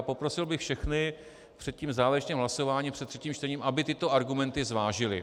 Poprosil bych všechny před závěrečným hlasováním, před třetím čtením, aby tyto argumenty zvážili.